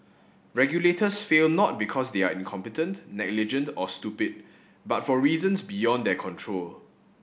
regulators fail not because they are incompetent negligent or stupid but for reasons beyond their control